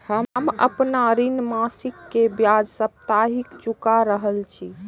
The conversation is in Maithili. हम आपन ऋण मासिक के ब्याज साप्ताहिक चुका रहल छी